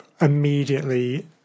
immediately